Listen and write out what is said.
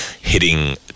hitting